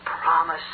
promise